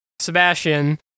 Sebastian